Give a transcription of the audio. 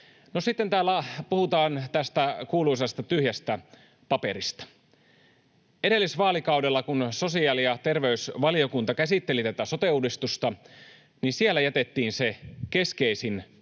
sitten täällä puhutaan tästä kuuluisasta tyhjästä paperista: Edellisvaalikaudella, kun sosiaali- ja terveysvaliokunta käsitteli tätä sote-uudistusta, niin siellä jätettiin se keskeisin tyhjä